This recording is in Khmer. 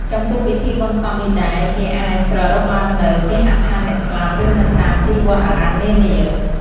ចំពោះពិធីបុណ្យសពនេះដែរគេអាចប្រារព្ធឡើងនៅ គេហដ្ឋានអ្នកស្លាប់ ឬនៅតាមទីវត្តអារាមនានា។